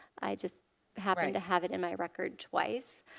i just happen to have it in my records twice.